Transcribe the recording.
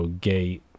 gay